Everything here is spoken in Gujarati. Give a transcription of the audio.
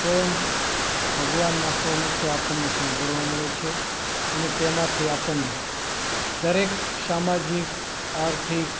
સ્વયં ભગવાનનાં સ્વમુખે આપણને સાંભળવા મળે છે અને તેમાંથી આપણને દરેક સામાજિક આર્થિક